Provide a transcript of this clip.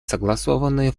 согласованные